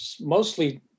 mostly